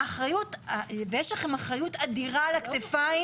ויש לכם אחריות אדירה על הכתפיים,